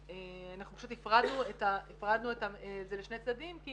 ואנחנו פשוט הפרדנו את זה לשני צדדים כי